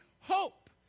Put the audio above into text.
hope